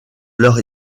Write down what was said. leur